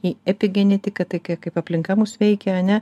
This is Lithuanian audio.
į epigenetiką tai kai kaip aplinka mus veikia ane